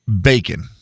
bacon